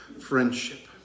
friendship